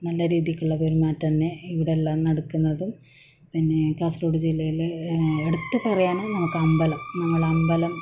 നല്ല രീതിക്കുള്ള പെരുമാറ്റം തന്നെ ഇവിടെയെല്ലാം നടക്കുന്നതും പിന്നെ കാസർഗോഡ് ജില്ലയില് എടുത്തുപറയാന് നമുക്കമ്പലം നമ്മളെ അമ്പലം